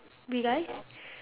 do you guys